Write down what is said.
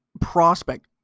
prospect